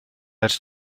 ers